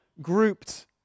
grouped